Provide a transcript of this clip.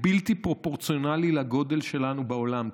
בלתי פרופורציונלי לגודל שלנו בעולם.